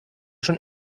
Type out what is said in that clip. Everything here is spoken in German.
schon